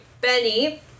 Benny